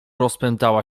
rozpętała